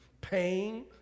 Pain